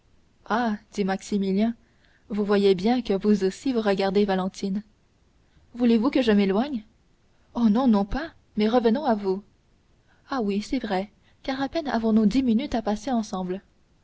ah dit maximilien vous voyez bien que vous aussi vous regardez valentine voulez-vous que je m'éloigne oh non non pas mais revenons à vous ah oui c'est vrai car à peine avons-nous dix minutes à passer ensemble